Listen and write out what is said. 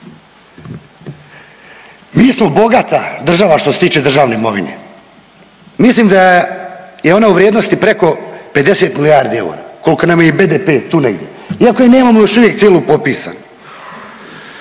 Mi smo bogata država što se tiče državne imovine. Mislim da je ono u vrijednosti preko 50 milijardi eura, koliko nam je i BDP, tu negdje iako je nemamo još uvijek cijelu popisanu.